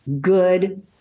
good